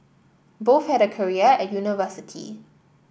both had a career at university